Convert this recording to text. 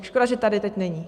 Škoda, že tady teď není.